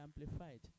Amplified